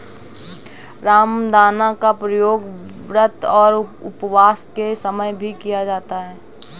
रामदाना का प्रयोग व्रत और उपवास के समय भी किया जाता है